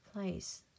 place